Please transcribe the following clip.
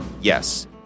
Yes